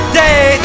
day